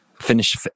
Finish